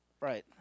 Right